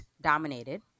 dominated